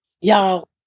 y'all